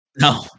No